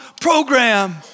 program